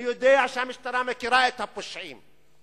אני יודע שהמשטרה מכירה את הפושעים,